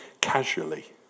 casually